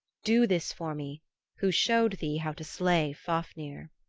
do this for me who showed thee how to slay fafnir.